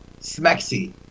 Smexy